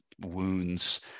wounds